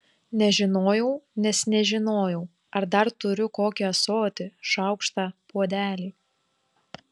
nežinojau nes nežinojau ar dar turiu kokį ąsotį šaukštą puodelį